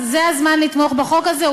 אז זה הזמן לתמוך בחוק הזה.